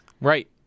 Right